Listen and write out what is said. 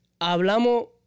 hablamos